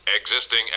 existing